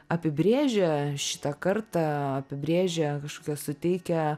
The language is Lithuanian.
apibrėžia šitą kartą apibrėžia kažkokio suteikia